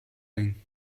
thing